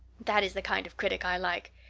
that is the kind of critic i like.